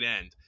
end